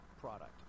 product